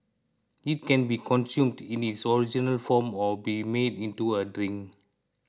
it can be consumed in its original form or be made into a drink